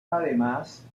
además